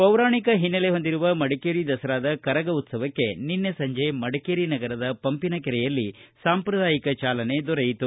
ಪೌರಾಣಿಕ ಹಿನ್ನಲೆ ಹೊಂದಿರುವ ಮಡಿಕೇರಿ ದಸರಾದ ಕರಗ ಉತ್ಸವಕ್ಕೆ ನಿನ್ನೆ ಸಂಜೆ ಮಡಿಕೇರಿ ನಗರದ ಪಂಪಿನ ಕೆರೆಯಲ್ಲಿ ಸಾಂಪ್ರದಾಯಿಕ ಚಾಲನೆ ದೊರೆಯಿತು